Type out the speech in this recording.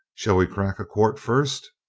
shall we crack a quart first?